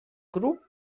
grup